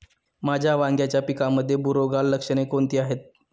माझ्या वांग्याच्या पिकामध्ये बुरोगाल लक्षणे कोणती आहेत?